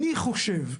אני חושב,